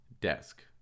desk